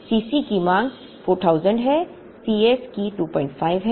Cc की मांग 4000 है Cs की 25 है